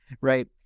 right